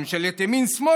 ממשלת ימין-שמאל,